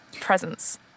presence